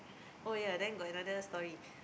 oh ya then go another story